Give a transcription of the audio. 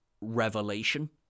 revelation